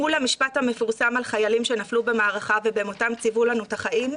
מול המשפט המפורסם על חיילים שנפלו במערכה ובמותם ציוו לנו את החיים,